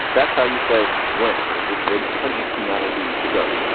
that's how you say went. there's this verb hadiths and that'll be to go.